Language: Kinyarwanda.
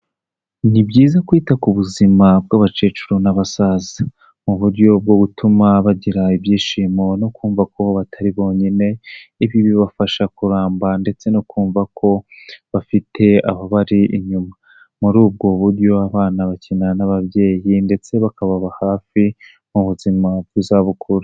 Ni byiza kwita ku buzima bw'abakecuru n'abasaza, mu buryo bwo gutuma bagira ibyishimo no kumva ko batari bonyine, ibi bibafasha kuramba ndetse no kumva ko bafite aho bari inyuma, muri ubwo buryo abana bakenera n'ababyeyi ndetse bakababa hafi mu buzima bw'izabukuru.